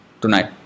tonight